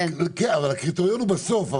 כן, אבל הקריטריון הוא בסוף.